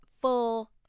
full